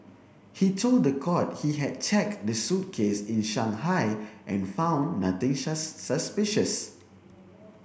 he told the court he had checked the suitcase in Shanghai and found nothing suspicious